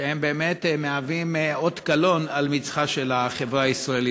שבאמת מהווים אות קלון על מצחה של החברה הישראלית.